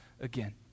again